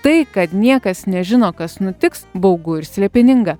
tai kad niekas nežino kas nutiks baugu ir slėpininga